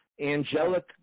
angelic